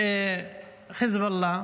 בפני חיזבאללה.